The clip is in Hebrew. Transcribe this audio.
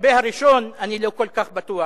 לגבי הראשון, אני לא כל כך בטוח,